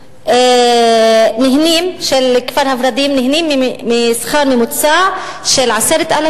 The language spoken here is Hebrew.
האם יסכים כבוד השר לבחון את האפשרות לתת את